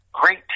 Great